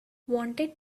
wanted